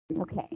Okay